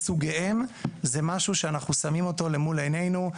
לסוגיהם, זה משהו שאנחנו שמים אותו למול עיניו.